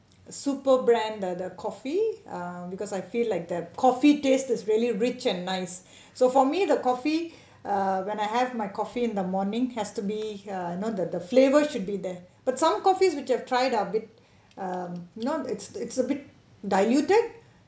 super brand the the coffee ah because I feel like their coffee taste is really rich and nice so for me the coffee uh when I have my coffee in the morning has to be uh you know the the flavor should be there but some coffee which I have tried are a bit um you know it's it's a bit diluted